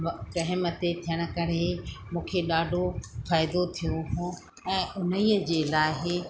time ते थियण करे मूंखे ॾाढो फ़ाइदो थियो हो ऐं उन ई जे लाइ